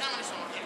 עליכם אני סומכת.